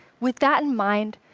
with that in mind,